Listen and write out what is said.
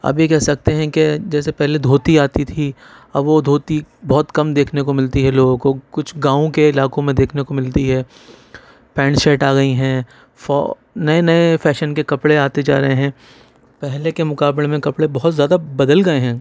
اب یہ کہہ سکتے ہیں کہ جیسے پہلے دھوتی آتی تھی اب وہ دھوتی بہت کم دیکھنے کو مِلتی ہے لوگوں کو کچھ گاؤں کے علاقوں میں دیکھنے کو مِلتی ہے پینٹ شارٹ آ گئی ہیں نئے نئے فیشن کے کپڑے آتے جا رہے ہیں پہلے کے مقابلے میں کپڑے بہت زیادہ بدل گئے ہیں